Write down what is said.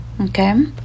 Okay